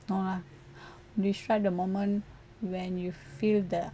no lah describe the moment when you feel the